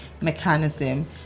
mechanism